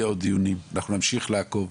ויהיו עוד דיונים ואנחנו נמשיך לעקוב.